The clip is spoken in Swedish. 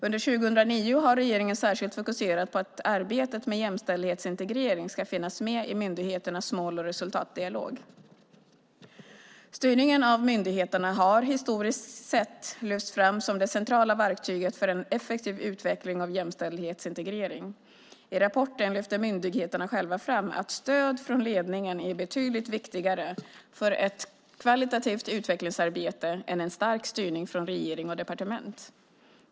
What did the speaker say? Under 2009 har regeringen särskilt fokuserat på att arbetet med jämställdhetsintegrering ska finnas med i myndigheternas mål och resultatdialog. Styrningen av myndigheterna har historiskt sett lyfts fram som det centrala verktyget för en effektiv utveckling av jämställdhetsintegrering. I rapporten lyfter myndigheterna själva fram att stöd från ledningen är betydligt viktigare för ett kvalitativt utvecklingsarbete än en stark styrning från regering och departement.